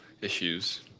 issues